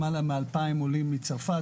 למעלה מ-2,000 עולים מצרפת,